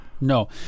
no